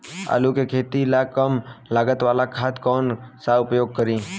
आलू के खेती ला कम लागत वाला खाद कौन सा उपयोग करी?